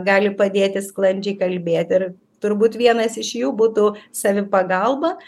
gali padėti sklandžiai kalbėti ir turbūt vienas iš jų būtų savipagalba